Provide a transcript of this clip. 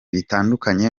bitandukanye